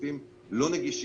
שסניפים לא נגישים